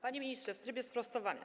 Panie ministrze, w trybie sprostowania.